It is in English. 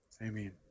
Amen